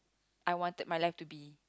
I wanted my life to be